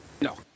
No